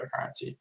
cryptocurrency